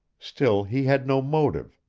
still he had no motive,